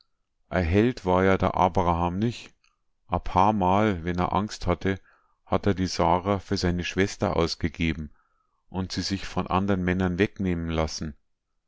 held war ja der abraham nich a paarmal wenn a angst hatte hat a die sara für seine schwester ausgegeben und hat sie sich von andern männern wegnehmen lassen